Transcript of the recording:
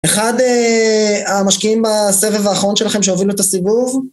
אחד אה... המשקיעים ב...סבב האחרון שלכם שהובילו את הסיבוב.